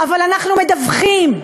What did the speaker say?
אבל אנחנו מדווחים,